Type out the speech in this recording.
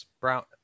Brown